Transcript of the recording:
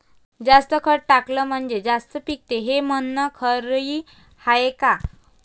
जास्त खत टाकलं म्हनजे जास्त पिकते हे म्हन खरी हाये का?